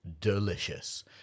delicious